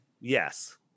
Yes